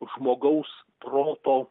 žmogaus proto